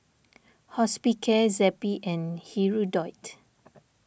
Hospicare Zappy and Hirudoid